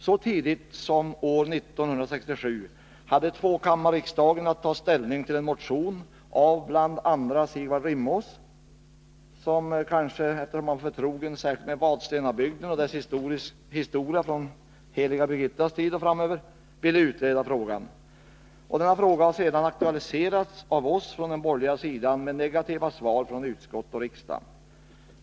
Så tidigt som 1967 hade tvåkammarriksdagen att ta ställning till en motion av bl.a. Sigvard Rimås, vilken — kanske såsom som förtrogen med Vadstenabygden och dess historia från heliga Birgittas tid — ville att frågan skulle utredas. Frågan har sedan aktualiserats av oss från den borgerliga sidan, med negativa svar från utskott och riksdag.